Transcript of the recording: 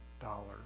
dollars